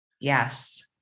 Yes